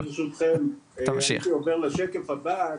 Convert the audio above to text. ברשותכם הייתי עובר לשקף הבא,